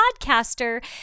podcaster